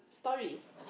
stories